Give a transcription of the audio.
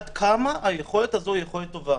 עד כמה היכולת הזו טובה?